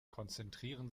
konzentrieren